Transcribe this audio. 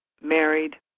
married